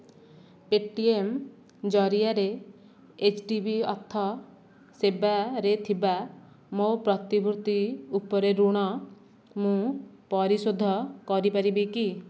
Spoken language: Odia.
ପେଟିଏମ୍ ଜରିଆରେ ଏଚ୍ ଡି ବି ଅର୍ଥ ସେବାରେ ଥିବା ମୋ ପ୍ରତିଭୂତି ଉପରେ ଋଣ ମୁଁ ପରିଶୋଧ କରିପାରିବି କି